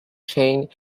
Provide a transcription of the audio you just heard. chain